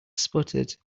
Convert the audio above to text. sputtered